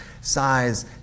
size